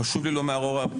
חשוב לי לומר אורה,